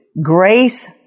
Grace